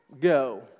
Go